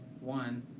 one